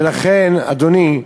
ולכן אדוני השר,